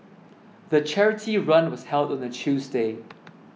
the charity run was held on a Tuesday